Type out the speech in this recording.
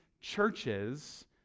churches